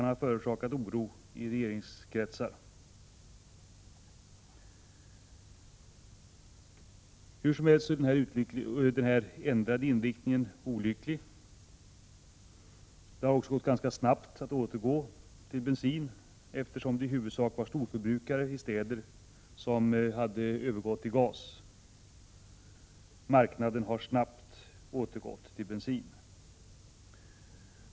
Jag har förstått att OK:s marknadsandelar för krackad och extrakrackad bensin som framställs i Lysekil har minskat som följd av en minskad bensinförsäljning när flera bilar konverterade till gas, och detta har förorsakat oro i regeringskretsar.